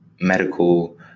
medical